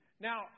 Now